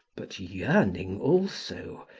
but yearning also,